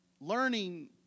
learning